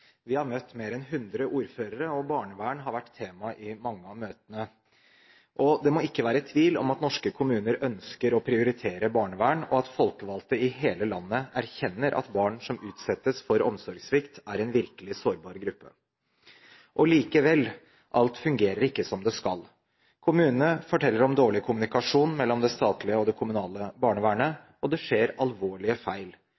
barnevern har vært tema i mange av møtene. Det må ikke være tvil om at norske kommuner ønsker å prioritere barnevern, og at folkevalgte i hele landet erkjenner at barn som utsettes for omsorgssvikt, er en virkelig sårbar gruppe. Likevel, alt fungerer ikke som det skal. Kommunene forteller om dårlig kommunikasjon mellom det statlige og det kommunale barnevernet, og det skjer alvorlige feil.